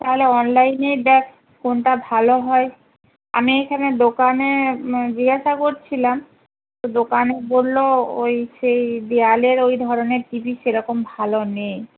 তাহলে অনলাইনেই দেখ কোনটা ভালো হয় আমি এইখানে দোকানে জিজ্ঞাসা করছিলাম তো দোকানে বলল ওই সেই দেওয়ালের ওই ধরনের টি ভি সেরকম ভালো নেই